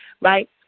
right